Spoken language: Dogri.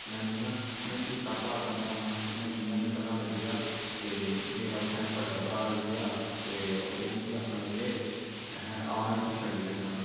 में जियां मैं कीता घर दा फोन हा ते में जियां निकलना लग्गेआ ते मेरा उत्थैं बड्डा भ्राऽ आई गेआ ते ओह् मिगी आखन लगे अहें आ में तुगी छड्डी आना